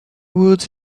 woods